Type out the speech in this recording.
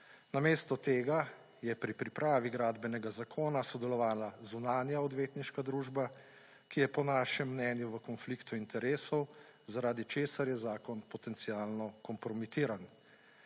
Namesto tega je pri pripravi gradbenega zakona sodelovala zunanja odvetniška družba, ki je po našem mnenju v konfliktu interesov zaradi česar je zakon potencialno kompromitiran.